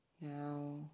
Now